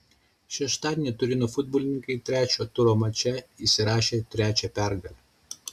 šeštadienį turino futbolininkai trečio turo mače įsirašė trečią pergalę